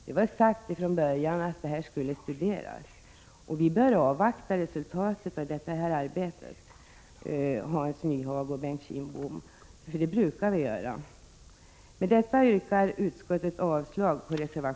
Det var sagt från början att detta skulle studeras, och vi bör, Hans Nyhage och Bengt Kindbom, avvakta resultatet av detta arbete — det brukar vi göra.